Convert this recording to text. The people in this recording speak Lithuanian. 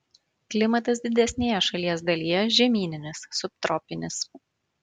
klimatas didesnėje šalies dalyje žemyninis subtropinis